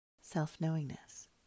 self-knowingness